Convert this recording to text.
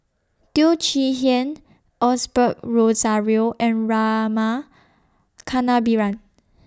Teo Chee Hean Osbert Rozario and Rama Kannabiran